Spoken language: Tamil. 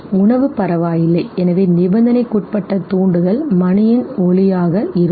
உணவு பரவாயில்லை எனவே நிபந்தனைக்குட்பட்ட தூண்டுதல் மணியின் ஒலியாக இருக்கும்